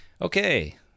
Okay